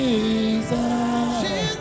Jesus